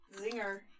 zinger